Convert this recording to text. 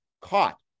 caught